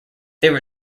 there